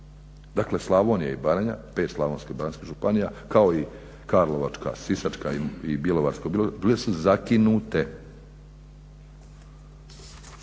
Dakle, Slavonija i Baranja, 5 slavonsko-baranjskih županija kao i Karlovačka, Sisačka i Bjelovarsko-bilogorska bile su zakinute.